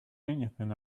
anything